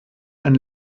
ein